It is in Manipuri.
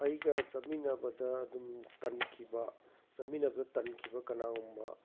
ꯑꯩꯒ ꯆꯠꯃꯤꯟꯅꯕꯗ ꯑꯗꯨꯝ ꯇꯟꯈꯤꯕ ꯆꯠꯃꯤꯟꯅꯕꯗ ꯇꯟꯈꯤꯕ ꯀꯅꯥꯒꯨꯝꯕ